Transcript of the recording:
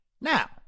Now